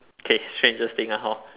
okay strangest thing lah hor